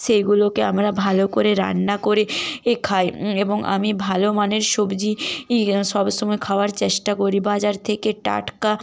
সেইগুলোকে আমরা ভালো করে রান্না করে খাই এবং আমি ভালো মানের সবজি সবসময় খাওয়ার চেষ্টা করি বাজার থেকে টাটকা